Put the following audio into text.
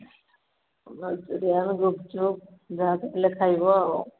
Manchurian gupchup ଯାହା ଥିଲେ ଖାଇବ ଆଉ